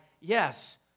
yes